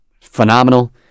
phenomenal